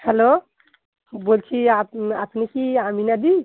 hello বলছি আপনি আপনি কি আমিনাদি